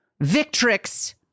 Victrix